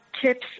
tips